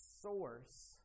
source